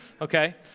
Okay